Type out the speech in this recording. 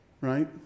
right